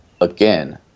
again